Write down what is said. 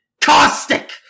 caustic